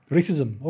Racism